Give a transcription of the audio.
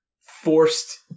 forced